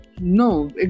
No